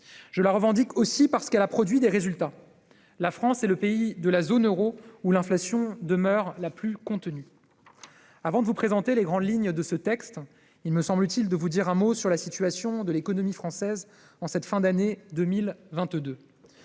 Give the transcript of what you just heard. Je la revendique aussi, parce qu'elle a produit des résultats : la France est le pays de la zone euro où l'inflation est la plus contenue. Avant de vous présenter les grandes lignes de ce texte, il me semble utile de vous dire un mot sur la situation de l'économie française en cette fin d'année 2022.